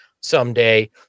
someday